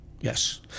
Yes